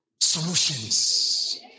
Solutions